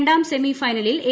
രണ്ടാം സെമിഫൈനലിൽ എ